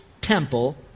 temple